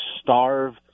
starve